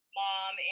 mom